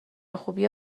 خوبیه